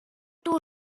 too